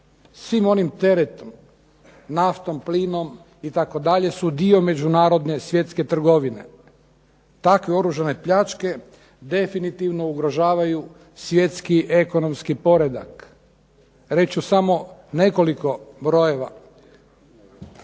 svim onim teretom naftom, plinom itd. su dio međunarodne svjetske trgovine. Takve oružane pljačke definitivno ugrožavaju svjetsko ekonomski poredak. Reći ću samo nekoliko brojeva.